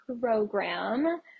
program